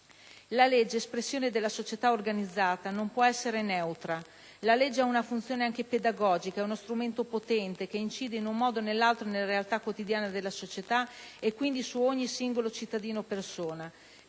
La legge, espressione della società organizzata, non può essere neutra. La legge ha una funzione anche pedagogica, è uno strumento potente, che incide in un modo o nell'altro sulla realtà quotidiana della società e, quindi, su ogni singolo cittadino/persona.